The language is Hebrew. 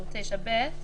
סעיף 9(ב),